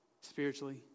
spiritually